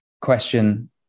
question